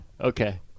okay